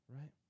right